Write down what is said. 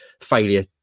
failure